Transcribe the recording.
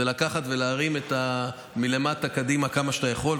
לקחת ולהרים מלמטה קדימה כמה שאתה יכול.